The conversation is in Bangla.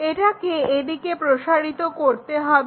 এটাকে এদিকে প্রসারিত করতে হবে